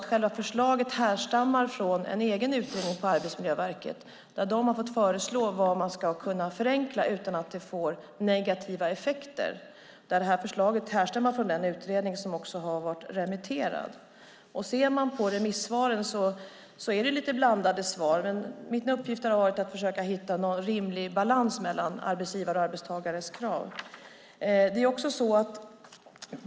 Själva förslaget härstammar också från en egen utredning som Arbetsmiljöverket har gjort, där de har fått föreslå vad som skulle kunna förenklas utan att det får negativa effekter. Förslaget härstammar från den utredningen, som också har varit remitterad. Remissvaren är lite blandade. Min uppgift har varit att försöka hitta en rimlig balans mellan kraven från arbetsgivare och arbetstagare.